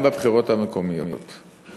גם בבחירות המקומיות,